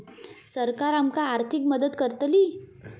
सरकार आमका आर्थिक मदत करतली?